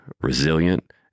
resilient